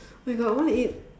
oh my god I want to eat